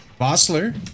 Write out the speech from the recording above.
Bossler